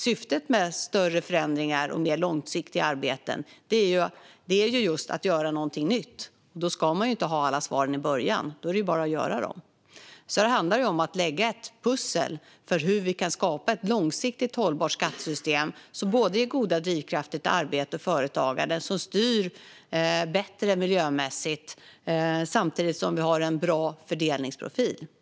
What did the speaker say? Syftet med större förändringar och långsiktiga arbeten är ju just att göra någonting nytt. Då ska man inte ha alla svaren i början. Då vore det ju bara att göra så. Det handlar om att lägga ett pussel för hur vi kan skapa ett långsiktigt hållbart skattesystem som både ger goda drivkrafter till arbete och företagande och styr bättre miljömässigt, samtidigt som vi har en bra fördelningsprofil.